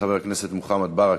חבר הכנסת מוחמד ברכה,